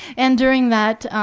and during that,